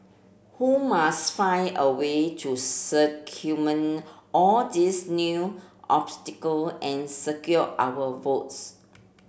who must find a way to all these new obstacle and secure our votes